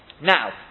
Now